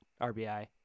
RBI